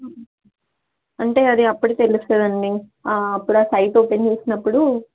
అంటే అది అప్పుడు తెలుస్తుందండి అప్పుడు ఆ సైట్ ఓపెన్ చేసినప్పుడు